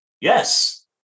Yes